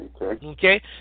Okay